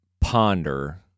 ponder